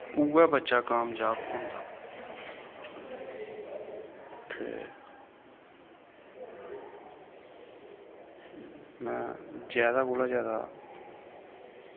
उऐ बच्चा कामज़ाव होंदा ते अपनै जादै कोला जादै